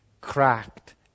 cracked